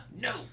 no